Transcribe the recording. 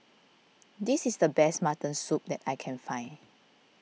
this is the best Mutton Soup that I can find